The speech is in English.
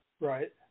Right